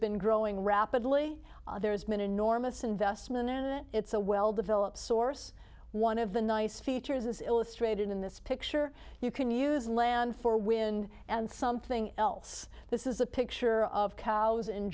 been growing rapidly there has been enormous investment in it it's a well developed source one of the nice features as illustrated in this picture you can use land for wind and something else this is a picture of cows in